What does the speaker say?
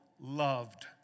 loved